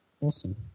Awesome